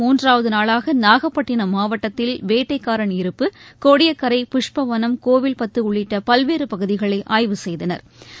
மூன்றாவது நாளாக நாகப்பட்டினம் மாவட்டத்தில் வேட்டைக்காரன்யிருப்பு இன்று கோடியக்கரை புஷ்பவனம் கோவில்பத்து உள்ளிட்ட பல்வேறு பகுதிகளை ஆய்வு செய்தனா்